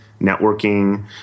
networking